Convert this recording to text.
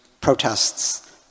protests